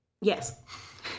Yes